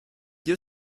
you